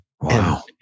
Wow